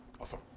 Awesome